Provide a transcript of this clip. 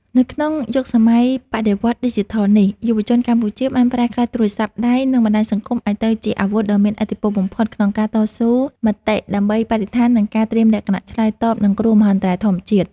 នៅក្នុងយុគសម័យបដិវត្តន៍ឌីជីថលនេះ យុវជនកម្ពុជាបានប្រែក្លាយទូរស័ព្ទដៃ និងបណ្ដាញសង្គមឱ្យទៅជាអាវុធដ៏មានឥទ្ធិពលបំផុតក្នុងការតស៊ូមតិដើម្បីបរិស្ថាន និងការត្រៀមលក្ខណៈឆ្លើយតបនឹងគ្រោះមហន្តរាយធម្មជាតិ។